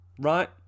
right